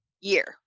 year